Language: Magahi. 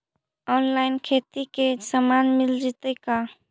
औनलाइन खेती के सामान मिल जैतै का?